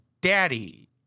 daddy